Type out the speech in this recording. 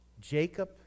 Jacob